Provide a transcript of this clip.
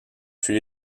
fut